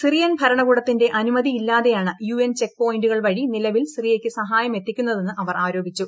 Syrian ഭരണകൂടത്തിന്റെ അനുമതിയില്ലാതെയാണ് U N check പോയിന്റുകൾ വഴി നിലവിൽ സിറിയയ്ക്ക് സഹായമെത്തിക്കുന്നതെന്ന് അവർ ആരോപിച്ചു